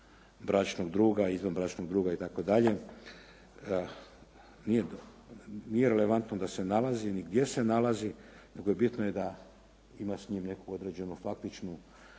bračnog druga, izvanbračnog druga. Nije relevantno da se nalazi ni gdje se nalazi, nego bitno je da ima s njim neku određenu faktičnu